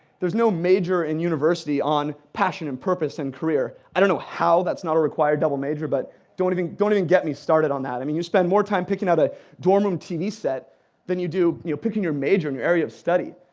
there's no major in university on passion and purpose and career. i don't know how that's not a required double major, but don't even don't even get me started on that. i mean, you spend more time picking out a dorm room tv set than you do you picking your major and your area of study.